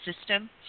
system